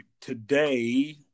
today